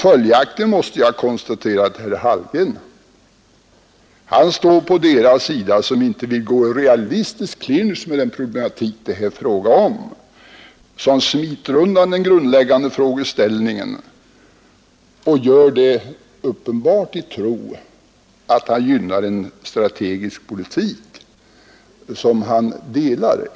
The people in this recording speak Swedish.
Följaktligen måste jag konstatera att herr Hallgren står på deras sida som inte vill gå i realistisk clinch med den problematik det är fråga om, som smiter undan den grundläggande frågeställningen, uppenbart i tro att han gynnar en strategisk politik som han delar.